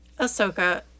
Ahsoka